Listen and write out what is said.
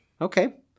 Okay